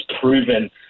proven